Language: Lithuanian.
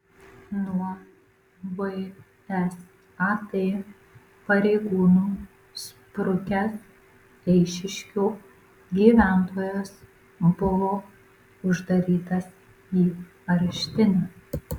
nuo vsat pareigūnų sprukęs eišiškių gyventojas buvo uždarytas į areštinę